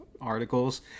articles